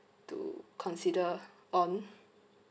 to consider on